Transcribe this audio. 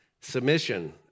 Submission